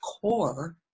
core